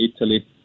Italy